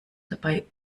dabei